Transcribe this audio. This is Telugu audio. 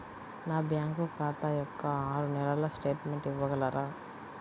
నా బ్యాంకు ఖాతా యొక్క ఆరు నెలల స్టేట్మెంట్ ఇవ్వగలరా?